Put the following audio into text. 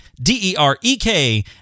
D-E-R-E-K